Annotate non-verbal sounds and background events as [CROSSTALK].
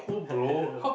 I don't know [LAUGHS]